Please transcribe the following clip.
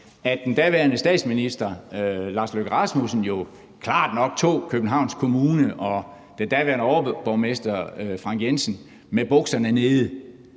at den daværende statsminister, Lars Løkke Rasmussen, jo klart nok tog Københavns Kommune og den daværende overborgmester, Frank Jensen, med bukserne nede,